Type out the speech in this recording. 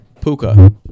Puka